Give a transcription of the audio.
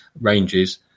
ranges